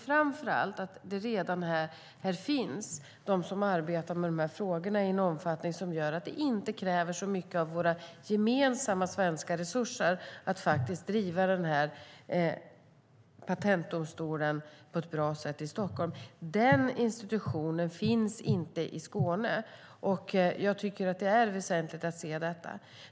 Framför allt finns här redan de som arbetar med de här frågorna i en omfattning som gör att det inte kräver så mycket av våra gemensamma svenska resurser att driva patentdomstolen på ett bra sätt i Stockholm. Den institutionen finns inte i Skåne, och jag tycker att det är väsentligt att se detta.